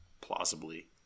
plausibly